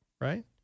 right